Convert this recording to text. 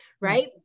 right